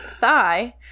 thigh